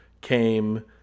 came